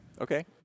Okay